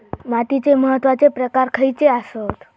मातीचे महत्वाचे प्रकार खयचे आसत?